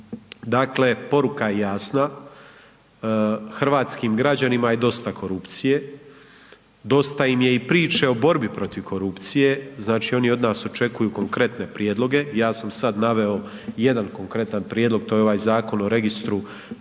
Dakle, poruka je jasna hrvatskim građanima je dosta korupcije, dosta im je i priče o borbi protiv korupcije, znači oni od nas očekuju konkretne prijedloge, ja sam sad naveo jedan konkretan prijedlog to je ovaj Zakon o registru odnosno